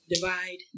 divide